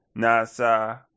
NASA